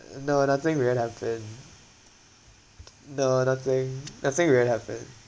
uh no nothing weird happened no nothing nothing weird happened